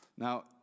Now